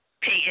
pay